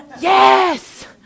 Yes